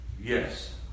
Yes